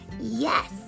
Yes